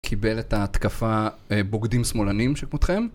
קיבל את ההתקפה בוגדים שמאלנים שכמותכם